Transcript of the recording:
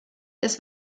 des